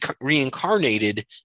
reincarnated